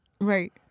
right